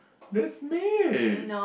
that's me